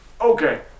Okay